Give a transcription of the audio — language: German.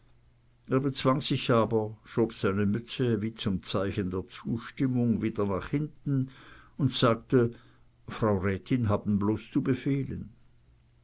bezwang sich aber schob seine mütze wie zum zeichen der zustimmung wieder nach hinten und sagte frau rätin haben bloß zu befehlen